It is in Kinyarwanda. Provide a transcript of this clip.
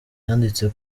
yanditse